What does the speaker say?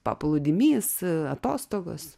paplūdimys atostogos